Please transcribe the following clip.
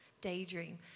daydream